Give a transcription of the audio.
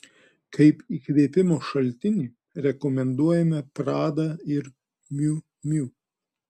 kaip įkvėpimo šaltinį rekomenduojame prada ir miu miu